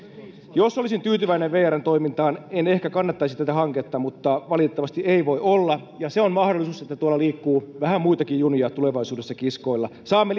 jos olisin tyytyväinen vrn toimintaan en ehkä kannattaisi tätä hanketta mutta valitettavasti ei voi olla ja se on mahdollisuus että tuolla liikkuu vähän muitakin junia tulevaisuudessa kiskoilla saamme